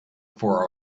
for